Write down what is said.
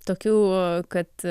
tokių kad